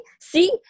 See